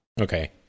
Okay